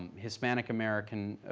hispanic american